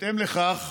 בהתאם לכך,